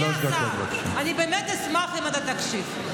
אדוני השר, אני באמת אשמח אם תקשיב.